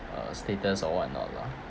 uh status or whatnot lah